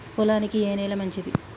పొలానికి ఏ నేల మంచిది?